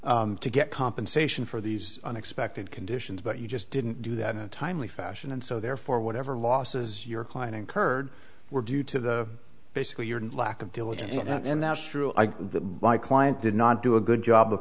to get compensation for these unexpected conditions but you just didn't do that in a timely fashion and so therefore whatever losses your client incurred were due to the basically your lack of diligence and that's true that my client did not do a good job of